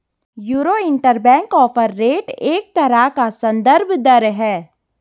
euro interbank offer rate एक तरह का सन्दर्भ दर है